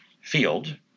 field